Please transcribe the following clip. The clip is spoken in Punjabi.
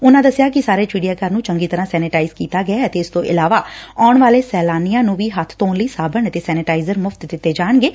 ਉਨਾਂ ਦਸਿਆ ਕਿ ਸਾਰੇ ਚਿਡੀਆਘਰ ਨੂੰ ਚੰਗੀ ਤਰ੍ਰਾਂ ਸੈਨੇਟਾਇਜ਼ ਕੀਤਾ ਗਿਐਂ ਅਤੇ ਇਸ ਤੋਂ ਇਲਾਵਾ ਆਉਣ ਵਾਲੇ ਸੈਲਾਨੀਆਂ ਨੂੰ ਹੱਬ ਧੋਣ ਲਈ ਸਾਬਣ ਅਤੇ ਸੈਨੇਟਾਇਜ਼ਰ ਮੁਫ਼ਤ ਦਿਤੇ ਜਾਣਗੇ